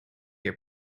your